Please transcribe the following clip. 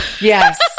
Yes